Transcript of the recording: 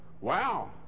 Wow